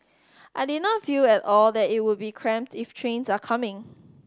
I did not feel at all that it would be cramped if trains are coming